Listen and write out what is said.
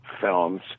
films